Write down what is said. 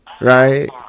right